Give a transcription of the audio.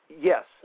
Yes